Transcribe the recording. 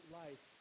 life